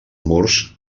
murs